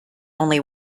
only